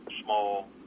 small